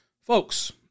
Folks